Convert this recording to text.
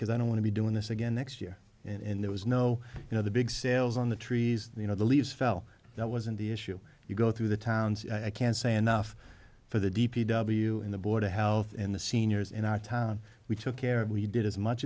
because i don't want to be doing this again next year and there was no you know the big sails on the trees you know the leaves fell that wasn't the issue you go through the towns i can say enough for the d p w in the board of health and the seniors in our town we took care of we did as much